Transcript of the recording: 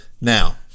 Now